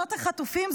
תמונות החטופים?